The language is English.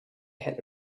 had